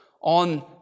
on